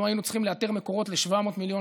אנחנו היינו צריכים לאתר מקורות ל-700 מיליון